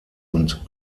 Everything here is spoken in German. und